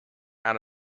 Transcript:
out